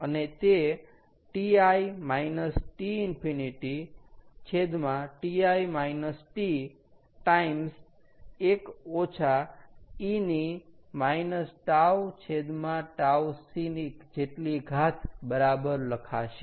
અને તે Ti T∞ Ti - T times 1 e ττc બરાબર લખાશે